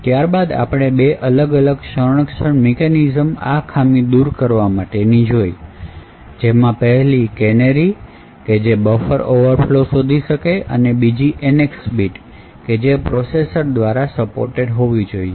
ત્યારબાદ આપણે બે અલગ અલગ સંરક્ષણ મિકેનિઝમ આ ખામી દૂર કરવા માટેની જોઈ પહેલી કેનેરી કે જે બફર ઓવરફ્લો શોધી શકે અને બીજી NX બીટ કે જે પ્રોસેસર્સ દ્વારા સપોર્ટેડ હોવી જોઈએ